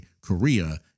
Korea